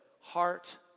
heart